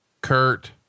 Kurt